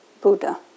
Buddha